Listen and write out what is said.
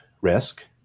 risk